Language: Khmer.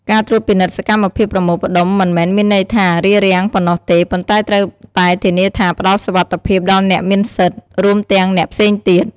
ការត្រួតពិនិត្យសកម្មភាពប្រមូលផ្តុំមិនមែនមានន័យថា "រារាំង" ប៉ុណ្ណោះទេ ប៉ុន្តែត្រូវតែធានាថាផ្តល់សុវត្ថិភាពដល់អ្នកមានសិទ្ធិ រួមទាំងអ្នកផ្សេងទៀត។